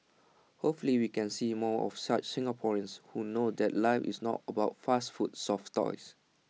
hopefully we can see more of such Singaporeans who know that life is not about fast food soft toys